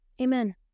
Amen